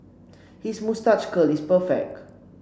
his moustache curl is perfect